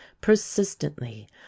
persistently